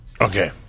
Okay